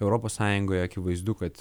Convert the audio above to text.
europos sąjungoje akivaizdu kad